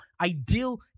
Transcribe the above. ideal